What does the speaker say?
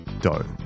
dough